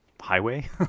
highway